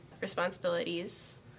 responsibilities